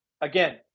Again